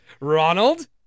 Ronald